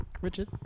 Richard